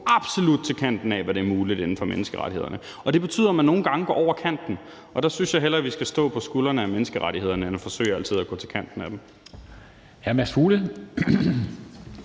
absolut til kanten af, hvad der er muligt inden for menneskerettighederne. Det betyder, at man nogle gange går over kanten, og der synes jeg hellere, vi skal stå på skuldrene af menneskerettighederne end at forsøge altid at gå til kanten af dem.